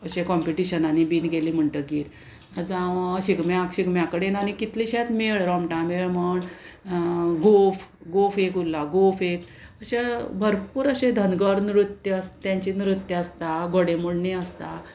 अशें कॉम्पिटिशनांनी बीन गेलें म्हणटगीर आतां हांव शिगम्याक शिगम्या कडेन आनी कितलेशेच मेळ रोमटा मेळ म्हण गोफ गोफ एक उरला गोफ अशें भरपूर अशें धनगर नृत्य तेंचे नृत्य आसता घोडेमोडणी आसता